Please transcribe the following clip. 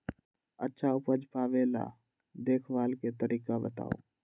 अच्छा उपज पावेला देखभाल के तरीका बताऊ?